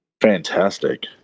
Fantastic